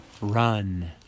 run